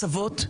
הסבות,